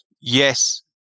Yes